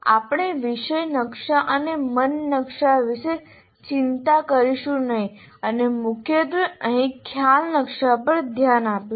આપણે વિષય નકશા અને મન નકશા વિશે ચિંતા કરીશું નહીં અને મુખ્યત્વે અહીં ખ્યાલ નકશા પર ધ્યાન આપીશું